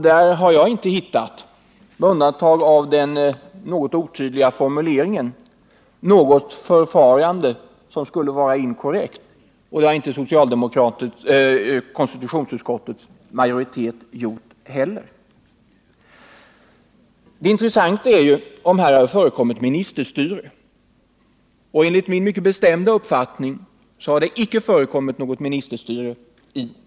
Jag har inte, med undantag av den något otydliga formuleringen, hittat något förfarande som skulle vara inkorrekt, och det har inte heller konstitutionsutskottets majoritet gjort. Det intressanta är ju om det här har förekommit ministerstyre. Enligt min mycket bestämda uppfattning har det i denna fråga inte förekommit något ministerstyre.